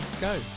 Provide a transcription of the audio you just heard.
go